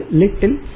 little